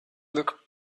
look